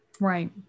Right